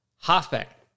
halfback